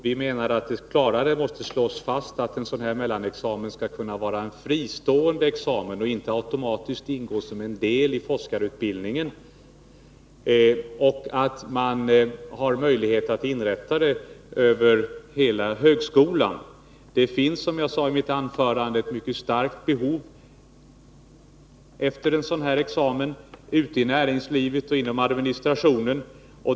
Vi menar att det klarare måste slås fast att en mellanexamen skall kunna vara en fristående examen och inte automatiskt ingå som en del i forskarutbildningen, och att man skall ha möjlighet att inrätta denna examen inom hela högskolan. Det finns, som jag sade i mitt anförande, ett mycket stort behov av en sådan här examen ute i näringslivet och inom administrationen.